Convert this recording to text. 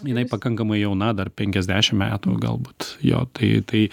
jinai pakankamai jauna dar penkiasdešim metų galbūt jo tai tai